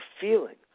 feeling